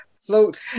Float